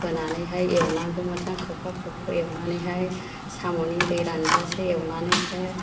होनांनैहाय एवनांगौ मोजां खोबहाब खोबहाब एवनानैहाय साम'नि दै रानजासे एवनानैसो